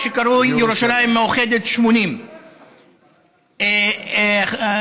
מה שקרוי "ירושלים מאוחדת 80"; המרכולים,